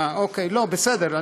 אוקיי, בסדר.